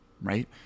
right